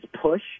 push